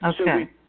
Okay